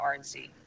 RNC